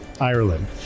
Ireland